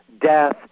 death